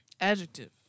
Adjective